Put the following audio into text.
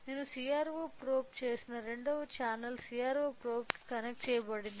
నేను CRO probe చేసిన రెండవ ఛానెల్ CRO ప్రోబ్ దీనికి కనెక్ట్ చేయబడింది